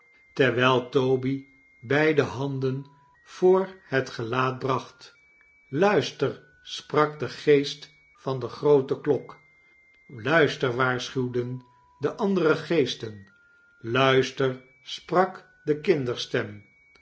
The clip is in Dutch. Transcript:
teirwijl toby beide handen voor het gelaat bracht luister spra k de geest van de groote klok luister waarsciiuwdein de andere geesten luister sprak de kinderstem